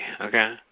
okay